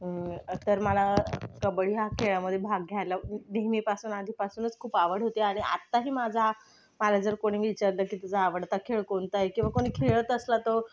तर मला कबड्डी ह्या खेळामध्ये भाग घ्यायला खूप नेहमीपासून आधीपासूनच खूप आवड होती आणि आताही माझा मला जर कोणी विचारलं की तुझा आवडता खेळ कोणता आहे किंवा कोणी खेळत असला तो